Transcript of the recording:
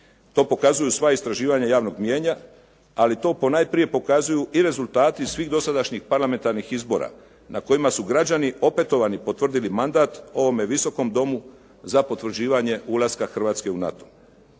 To pokazuju sva istraživanja javnog mnijenja, ali to ponajprije pokazuju i rezultati svih dosadašnjih parlamentarnih izbora na kojima su građani opetovani potvrdili mandat ovome Visokom domu za potvrđivanje ulaska Hrvatske u NATO.